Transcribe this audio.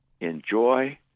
Enjoy